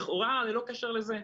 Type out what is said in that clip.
לכאורה ללא קשר לזה,